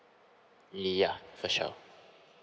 yeah for sure